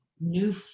new